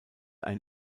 ein